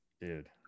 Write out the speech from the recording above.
dude